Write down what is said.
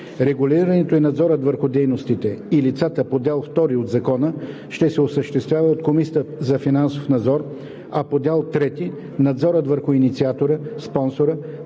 Регулирането и надзорът върху дейностите и лицата по дял втори от Закона ще се осъществява от Комисията за финансов надзор, а по дял трети – надзорът върху инициатора, спонсора,